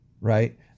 right